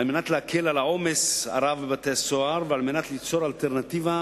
על מנת להקל על העומס הרב בבתי-הסוהר ועל מנת ליצור אלטרנטיבה